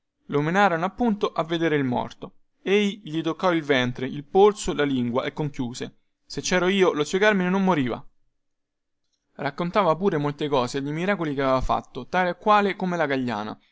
lo menarono appunto a vedere il morto ei gli toccò il ventre il polso la lingua e conchiuse se cero io lo zio carmine non moriva raccontava pure molte cose dei miracoli che aveva fatto tale e quale come la gagliana